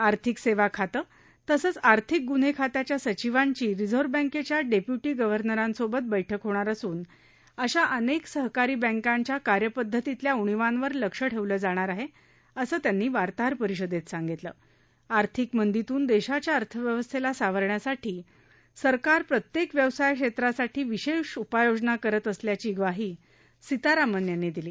आर्थिक सेवा खाते तसंच आर्थिक गुन्हे खात्याच्या सचिवांची रिझर्व्ह बँकेच्या डेप्यूटी गर्व्हनरांसोबत बैठक होणार असून अशा अनेक सहकारी बँकांच्या कार्यपद्धतीतल्या उणीवांवर लक्ष ठेवलं जाणार आहे असं त्यांनी वार्ताहर परिषदेत सांगितलं आर्थिक मंदीतून देशाच्या अर्थव्यवस्थेला सावरण्यासाठी सरकार प्रत्येक व्यवसाय क्षेत्रासाठी विशेष उपाययोजना करत असल्याची ग्वाही सीतारामण यांनी यावेळी दिली